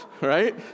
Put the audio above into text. right